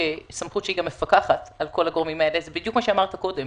כסמכות שהיא גם מפקחת על כל הגורמים האלה זה בדיוק מה שאמרת קודם,